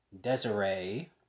Desiree